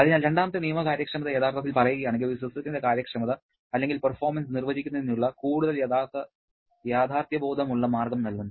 അതിനാൽ രണ്ടാമത്തെ നിയമ കാര്യക്ഷമത യഥാർത്ഥത്തിൽ പറയുകയാണെങ്കിൽ ഒരു സിസ്റ്റത്തിന്റെ കാര്യക്ഷമത അല്ലെങ്കിൽ പെർഫോർമൻസ് നിർവചിക്കുന്നതിനുള്ള കൂടുതൽ യാഥാർത്ഥ്യബോധമുള്ള മാർഗ്ഗം നൽകുന്നു